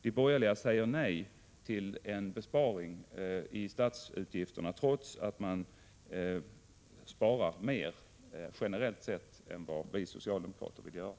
De borgerliga säger nej till en besparing i statsutgifterna, trots att de i sina förslag sparat mer, generellt sett, än vad vi socialdemokrater vill göra.